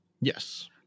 Yes